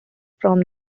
from